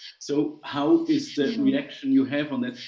so, how is the reaction you have on that?